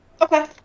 okay